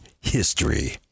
history